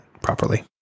properly